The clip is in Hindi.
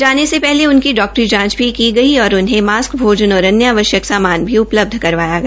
जाने से पहले उनकी डाक्टरी जांच भी की गई और उन्हें मास्क भोजन और अन्य आवश्यक सामान भी उपलब्ध करवाया गया